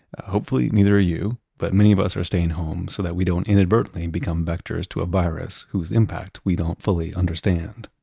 hopefully neither are you, but many of us are staying home so that we don't inadvertently become vectors to a virus, whose impact we don't fully understand.